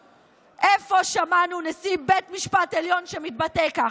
איפה שמענו נשיא בית משפט עליון שמתבטא כך?